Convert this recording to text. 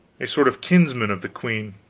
a sort of kinsman of the queen.